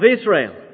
Israel